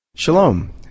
Shalom